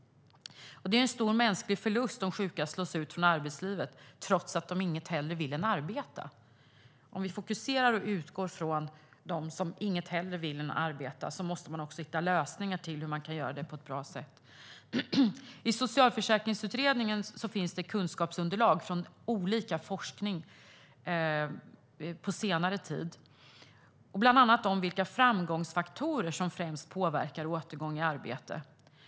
Det är en stor mänsklig förlust om sjuka slås ut från arbetslivet trots att de inget hellre vill än att arbeta. Om vi fokuserar på och utgår ifrån de som inget hellre vill än att arbeta måste vi också hitta lösningar på hur man kan göra detta på ett bra sätt. I socialförsäkringsutredningen finns det kunskapsunderlag från olika forskning på senare tid, bland annat om vilka framgångsfaktorer som främst påverkar återgång till arbete.